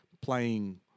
playing